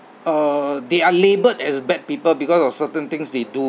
uh they are labelled as bad people because of certain things they do